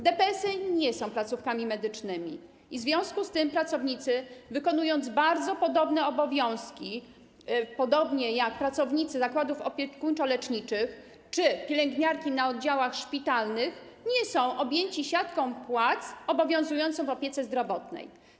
DPS-y nie są placówkami medycznymi i w związku z tym pracownicy, wykonując bardzo podobne obowiązki jak pracownicy zakładów opiekuńczo-leczniczych czy pielęgniarki na oddziałach szpitalnych, nie są objęci siatką płac obowiązującą w opiece zdrowotnej.